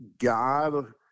God